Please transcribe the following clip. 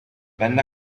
venne